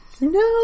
No